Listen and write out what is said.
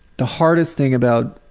the hardest thing about,